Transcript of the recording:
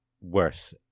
worse